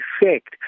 effect